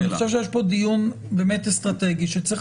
אבל אני חושב שיש פה דיון באמת אסטרטגי שצריך